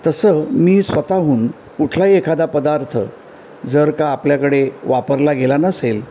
तसं मी स्वतःहून कुठलाही एखादा पदार्थ जर का आपल्याकडे वापरला गेला नसेल